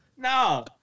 No